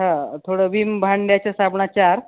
हं थोडं विम भांड्याच्या साबणा चार